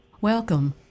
Welcome